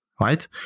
right